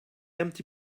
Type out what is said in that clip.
empty